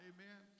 Amen